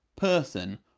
person